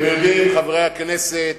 אתם יודעים, חברי הכנסת,